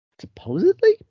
Supposedly